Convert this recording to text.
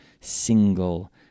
single